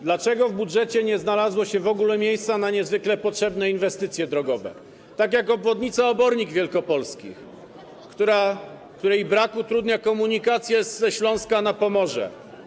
Dlaczego w budżecie nie znalazło się w ogóle miejsce na niezwykle potrzebne inwestycje drogowe, takie jak obwodnica Obornik Wielkopolskich, której brak utrudnia komunikację ze Śląska na Pomorze?